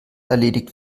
erledigt